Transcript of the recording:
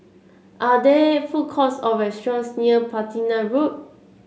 are there food courts or restaurants near Platina Road